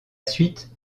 suite